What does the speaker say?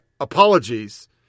apologies